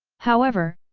however,